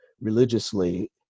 religiously